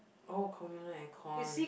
oh communal air con